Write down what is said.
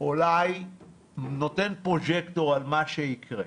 שאולי נותן פרוז'קטור על מה שיקרה.